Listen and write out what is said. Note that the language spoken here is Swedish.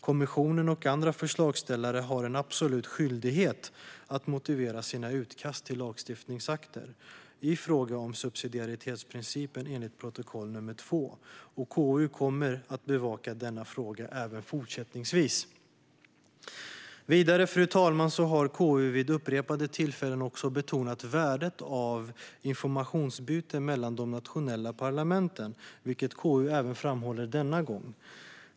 Kommissionen och andra förslagsställare har en absolut skyldighet att motivera sina utkast till lagstiftningsakter i fråga om subsidiaritetsprincipen enligt protokoll nr 2. KU kommer att bevaka denna fråga även fortsättningsvis. Vidare, fru talman, har KU vid upprepade tillfällen betonat värdet av informationsutbyte mellan de nationella parlamenten, vilket KU framhåller även denna gång.